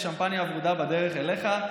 השמפניה הוורודה בדרך אליך.